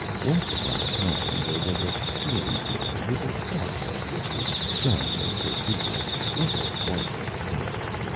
once upon a time there was a slim girl with a forehead which was shiny and protuberant, like a bartlett pear.